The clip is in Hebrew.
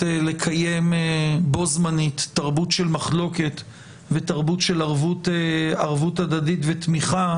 לקיים בו זמנית תרבות של מחלוקת ותרבות של ערבות הדדית ותמיכה,